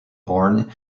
horne